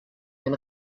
den